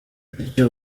bityo